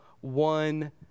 one